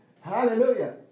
Hallelujah